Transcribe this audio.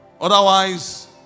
Otherwise